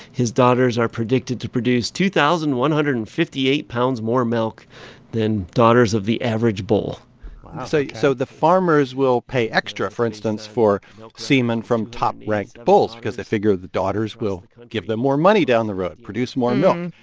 his daughters are predicted to produce two thousand one hundred and fifty eight pounds more milk than daughters of the average bull so so the farmers will pay extra, for instance, for semen from top-ranked bulls because they figure the daughters will kind of give them more money down the road, produce more milk.